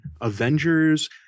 Avengers